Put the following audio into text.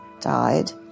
died